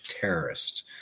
terrorists